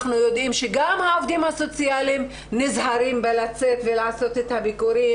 אנחנו יודעים שגם העובדים הסוציאליים נזהרים בלצאת ולעשות את הביקורים